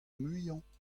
muiañ